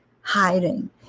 hiding